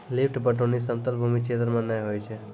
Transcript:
lift पटौनी समतल भूमी क्षेत्र मे नै होय छै